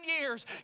years